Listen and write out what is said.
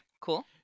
cool